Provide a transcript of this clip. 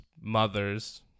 mother's